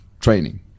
training